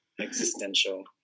existential